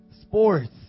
sports